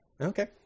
Okay